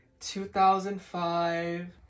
2005